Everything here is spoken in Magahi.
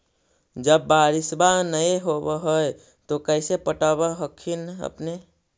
जब बारिसबा नय होब है तो कैसे पटब हखिन अपने?